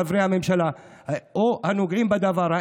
חברי הממשלה הנוגעים בדבר,